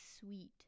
sweet